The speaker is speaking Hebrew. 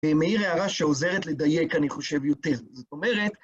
מעיר הערה שעוזרת לדייק, אני חושב, יותר. זאת אומרת...